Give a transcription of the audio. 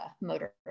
motor